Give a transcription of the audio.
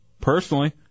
personally